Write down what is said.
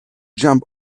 jump